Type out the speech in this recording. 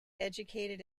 educated